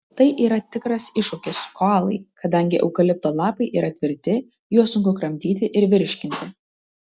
tai yra tikras iššūkis koalai kadangi eukalipto lapai yra tvirti juos sunku kramtyti ir virškinti